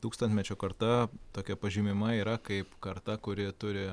tūkstantmečio karta tokia pažymima yra kaip karta kuri turi